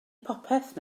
popeth